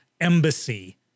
embassy